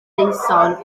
saeson